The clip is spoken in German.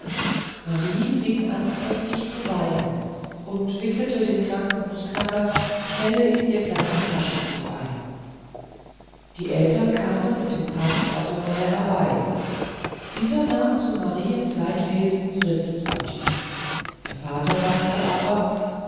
marie fing an heftig zu weinen und wickelte den kranken nußknacker schnell in ihr kleines taschentuch ein die eltern kamen mit dem paten droßelmeier herbei dieser nahm zu mariens leidwesen fritzens partie der vater sagte aber